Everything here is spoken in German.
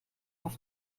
auf